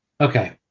Okay